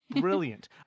Brilliant